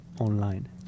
online